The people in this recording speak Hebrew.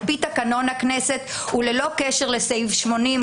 על פי תקנון הכנסת וללא קשר לסעיף 80,